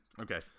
okay